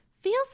feels